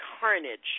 carnage